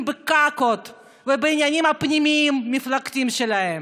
בקקות ובעניינים הפנים-מפלגתיים שלהם,